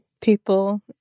people